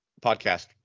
podcast